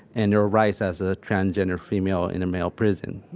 and their rights as a transgender female in a male prison.